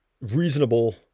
reasonable